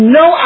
no